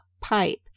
pipe